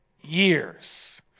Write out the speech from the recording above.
years